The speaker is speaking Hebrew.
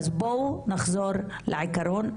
אז בואו נחזור לעיקרון.